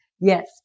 Yes